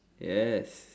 yes